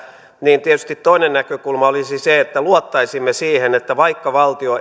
tietysti toinen näkökulma olisi se että luottaisimme siihen että vaikka valtio ei